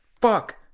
fuck